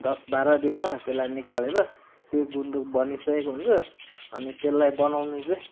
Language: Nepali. दस बाह्र दिनमा त्यसलाई निकालेर त्यो गुन्द्रुक बनिसकेको हुन्छ अनि त्यसलाई बनाउनु चाहिँ